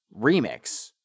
remix